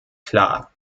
klar